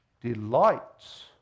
delights